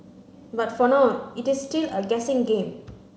but for now it is still a guessing game